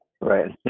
Right